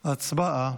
הצבעה.